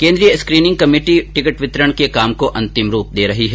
केन्द्रीय स्क्रीनिंग कमेटियां टिकिट वितरण के काम को अंतिम रूप दे रही है